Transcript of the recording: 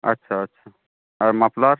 আচ্ছা আচ্ছা আর মাফলার